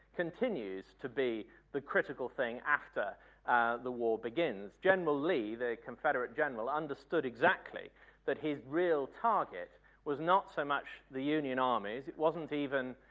continues to be the critical thing after the war begins. general lee, the confederate general understood exactly that his real target was not so much the union armies. it wasn't even